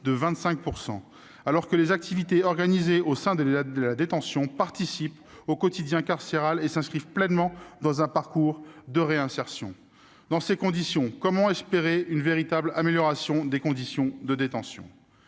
de 25 %, alors que les activités organisées au sein de la détention participent au quotidien carcéral et s'inscrivent pleinement dans le parcours de réinsertion. Dans ces conditions, comment espérer une véritable amélioration des conditions de détention ?